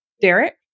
Derek